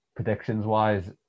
Predictions-wise